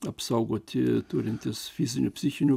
apsaugoti turintys fizinių psichinių